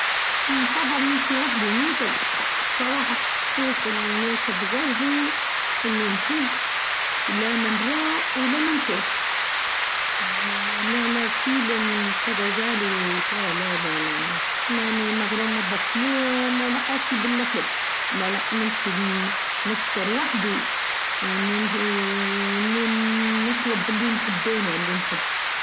نفظل نمشي وحدي نيكه صراحه هيك ناخذ غرظي إلي نحب لا من راء ولا من شاف لا لا فيلم نتفرج عليه لا لا لا لا لايعني لاني مغرومه بأفلام ولا حاجتي بالافلام لا لا نمشي نفطر وحدي و نطلب إلي نحبينه إلي نحب.